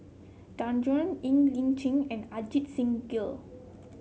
Danaraj Ng Li Chin and Ajit Singh Gill